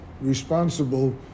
responsible